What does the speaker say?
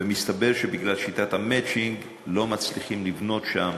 מסתבר שבגלל שיטת המצ'ינג לא מצליחים לבנות שם,